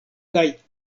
kaj